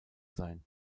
sein